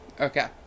Okay